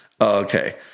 Okay